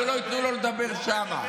שלא ייתנו לו לדבר שם.